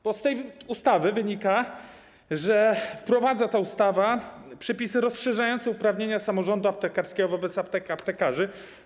Bo z tej ustawy wynika, że wprowadza ona przepisy rozszerzające uprawnienia samorządu aptekarskiego wobec aptekarzy.